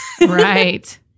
Right